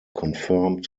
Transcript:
confirmed